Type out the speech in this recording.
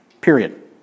Period